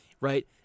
right